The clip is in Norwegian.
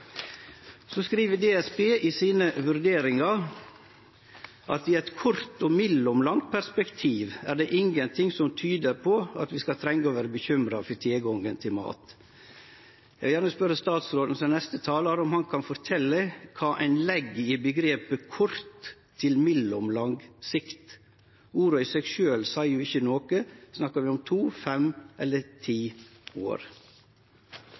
Så skriv DSB i sine vurderingar at «i et kort til mellomlangt perspektiv er det ingenting som tyder på at vi skal trenge å være bekymret for tilgangen på mat». Eg vil gjerne spørje statsråden, som er neste talar, om han kan fortelje kva ein legg i omgrepet «kort til mellomlang sikt». Orda i seg sjølve seier jo ikkje noko – snakkar vi om to, fem eller ti år?